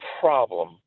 problem